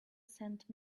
sent